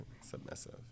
submissive